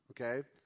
okay